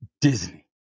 Disney